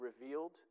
revealed